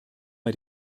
bei